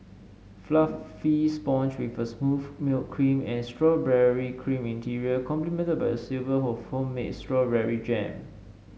fluffy sponge with a smooth milk cream and strawberry cream interior complemented by a silver of homemade strawberry jam